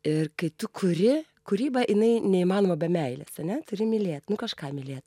ir kai tu kuri kūryba jinai neįmanoma be meilės ane turi mylėt nu kažką mylėt